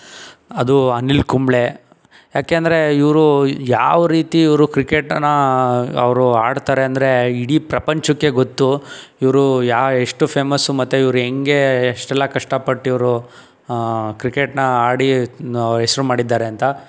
ಅದು ಅನಿಲ್ ಕುಂಬ್ಳೆ ಏಕೆ ಅಂದರೆ ಇವರು ಯಾವ ರೀತಿ ಇವರು ಕ್ರಿಕೆಟನ್ನು ಅವರು ಆಡ್ತಾರೆ ಅಂದರೆ ಇಡೀ ಪ್ರಪಂಚಕ್ಕೆ ಗೊತ್ತು ಇವರು ಯಾವ ಎಷ್ಟು ಫೇಮಸ್ಸು ಮತ್ತೆ ಇವರು ಹೇಗೆ ಎಷ್ಟೆಲ್ಲ ಕಷ್ಟ ಪಟ್ಟು ಇವರು ಕ್ರಿಕೆಟ್ನ ಆಡಿ ಹೆಸರು ಮಾಡಿದ್ದಾರೆ ಅಂತ